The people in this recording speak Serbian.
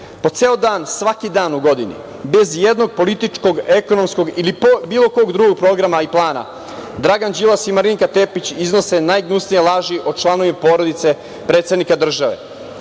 Po ceo dan, svaki dan u godini, bez i jednog političkog, ekonomskog ili bilo kog drugog programa i plana, Dragan Đilas i Marinika Tepić iznose najgnusnije laži o članovima porodice predsednika države. Ta